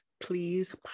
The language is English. please